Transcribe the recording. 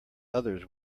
others